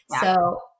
So-